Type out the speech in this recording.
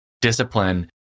discipline